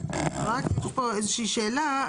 רק יש פה איזה שהיא שאלה.